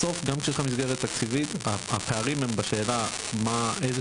בסוף גם כשיש לך מסגרת תקציבית הפערים הם בשאלה איזה